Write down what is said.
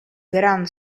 gran